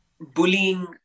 bullying